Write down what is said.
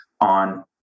on